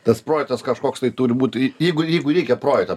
tas projektas kažkoks tai turi būti jeigu jeigu reikia projektą